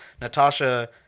Natasha